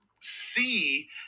see